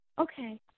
Okay